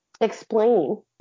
explain